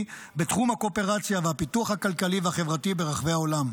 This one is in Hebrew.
בתחום הקואופרציה והפיתוח הכלכלי והחברתי ברחבי העולם.